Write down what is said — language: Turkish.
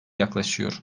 yaklaşıyor